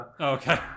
Okay